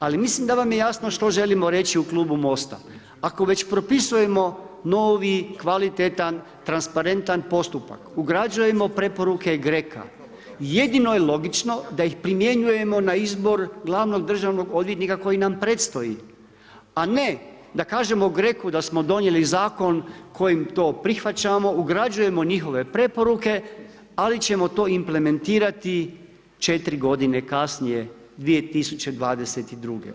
Ali mislim da vam je jasno što želimo reći u Klubu Mosta, ako već propisujemo novi kvalitetan, transparentan postupak, ugrađujemo preporuke GRECA jedino je logično da ih primjenjujemo na izbor glavnog državnog odvjetnika koji nam predstoji, a ne da kažemo GRECU da smo donijeli zakon kojim to prihvaćamo, ugrađujemo njihove preporuke ali ćemo to implementirati 4 godine kasnije 2022.